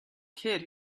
kid